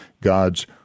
God's